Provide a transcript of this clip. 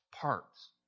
parts